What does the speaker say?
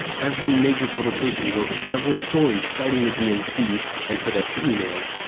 every major publication wrote several stories citing the dnc and podesta emails,